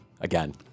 again